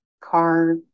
car